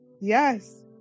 Yes